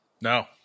No